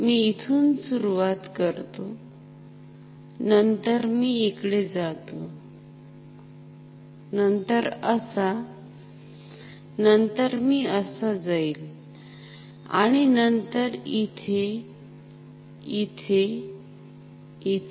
मी इथुन सुरवात करतो नंतर मी इकडे जातो नंतर असा नंतर मी असा जाईल आणि नंतर इथे इथे इथे